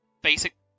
basic